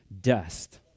dust